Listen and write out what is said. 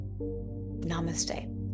Namaste